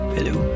Hello